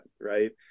right